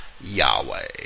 Yahweh